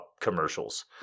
commercials